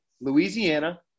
Louisiana